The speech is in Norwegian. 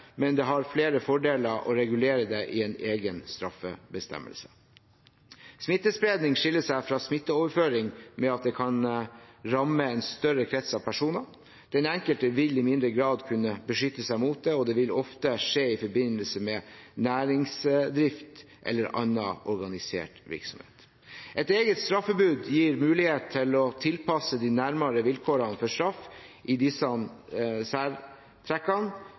men det har flere fordeler å regulere det i en egen straffebestemmelse. Smittespredning skiller seg fra smitteoverføring ved at det kan ramme en større krets av personer. Den enkelte vil i mindre grad kunne beskytte seg mot det, og det vil ofte skje i forbindelse med næringsdrift eller annen organisert virksomhet. Et eget straffebud gir mulighet til å tilpasse de nærmere vilkårene for straff ved disse særtrekkene,